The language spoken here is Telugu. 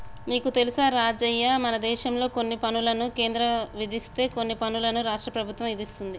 నీకు తెలుసా రాజయ్య మనదేశంలో కొన్ని పనులను కేంద్రం విధిస్తే కొన్ని పనులను రాష్ట్ర ప్రభుత్వం ఇదిస్తుంది